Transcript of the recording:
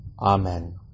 Amen